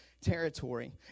territory